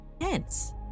Hence